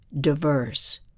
diverse